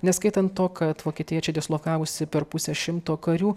neskaitant to kad vokietija čia dislokavusi per pusę šimto karių